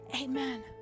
amen